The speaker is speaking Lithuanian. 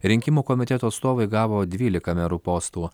rinkimų komitetų atstovai gavo dvylika merų postų